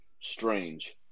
strange